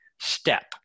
step